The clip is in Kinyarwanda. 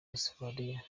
australia